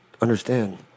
understand